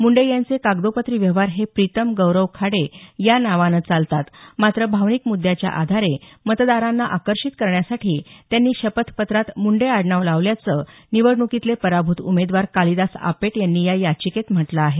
मुंडे यांचे कागदोपत्री व्यवहार हे प्रीतम गौरव खाडे या नावानं चालतात मात्र भावनिक मुद्द्याच्या आधारे मतदारांना आकर्षित करण्यासाठी त्यांनी शपथपत्रात मुंडे आडनाव लिहिल्याचं निवडणुकीतले पराभूत उमेदवार कालिदास आपेट यांनी या याचिकेत म्हटलं आहे